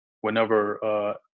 whenever